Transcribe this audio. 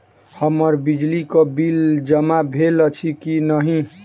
हम्मर बिजली कऽ बिल जमा भेल अछि की नहि?